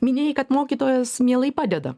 minėjai kad mokytojos mielai padeda